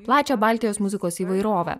plačią baltijos muzikos įvairovę